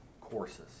courses